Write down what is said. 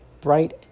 bright